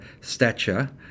stature